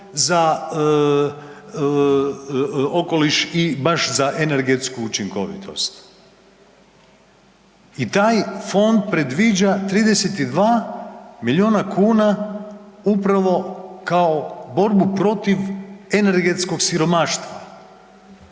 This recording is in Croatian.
za okoliš i baš za energetsku učinkovitost. I taj Fond predviđa 32 milijuna kuna upravo kao borbu protiv energetskog siromaštva,